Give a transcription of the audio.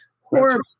horrible